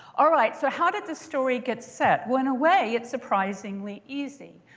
all right, so how did this story get set? well, in a way, it's surprisingly easy.